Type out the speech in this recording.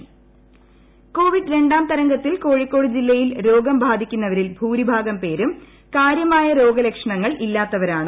Covid കോഴിക്കോട്ട് ് Covid രണ്ടാം തരംഗത്തിൽ കോഴിക്കോട് ജില്ലയിൽ രോഗം ബാധിക്കുന്നവരിൽ ഭൂരിഭാഗം പേരും കാര്യമായ രോഗലക്ഷണങ്ങൾ ഇല്ലാത്തവരാണ്